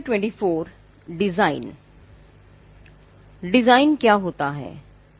design design क्या होता है